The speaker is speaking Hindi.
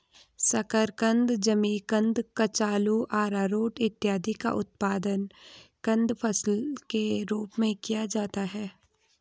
शकरकंद, जिमीकंद, कचालू, आरारोट इत्यादि का उत्पादन कंद फसल के रूप में किया जाता है